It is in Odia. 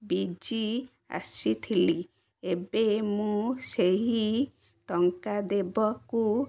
ବିଜି ଆସିଥିଲି ଏବେ ମୁଁ ସେହି ଟଙ୍କା ଦେବାକୁ